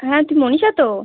হ্যাঁ তুই মনীষা তো